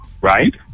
right